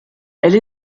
elle